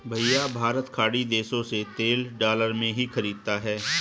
भैया भारत खाड़ी देशों से तेल डॉलर में ही खरीदता है